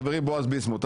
חברי בועז ביסמוט,